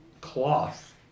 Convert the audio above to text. cloth